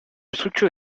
structure